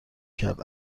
کرد